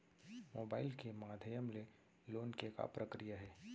Mobile के माधयम ले लोन के का प्रक्रिया हे?